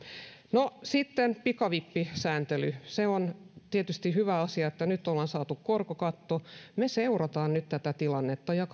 no sitten pikavippisääntely se on tietysti hyvä asia että nyt ollaan saatu korkokatto me seuraamme nyt tätä tilannetta ja